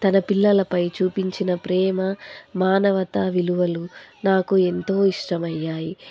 తన పిల్లలపై చూపించిన ప్రేమ మానవత విలువలు నాకు ఎంతో ఇష్టమయ్యాయి